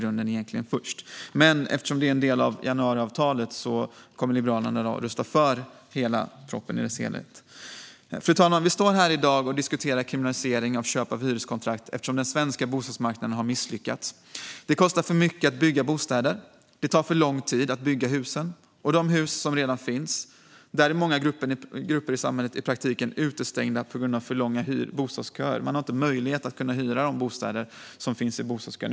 Men eftersom detta är en del av januariavtalet kommer Liberalerna i dag att rösta för hela propositionen. Fru talman! I dag diskuterar vi kriminalisering av köp av hyreskontrakt eftersom den svenska bostadsmarknaden har misslyckats. Det kostar för mycket att bygga bostäder. Det tar för lång tid att bygga husen. Och när det gäller de hus som redan finns är många grupper i samhället i praktiken utestängda på grund av för långa bostadsköer. Man har inte möjlighet att hyra bostäderna i bostadskön.